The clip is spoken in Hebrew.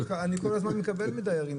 אני כל הזמן מקבל מדיירים,